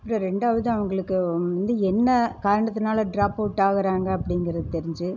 ரெண்டாவது அவர்களுக்கு வந்து என்ன காரணத்தினால ட்ராப் அவுட் ஆகிறாங்க அப்படிங்கிறத தெரிஞ்சு